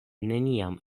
neniam